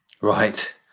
Right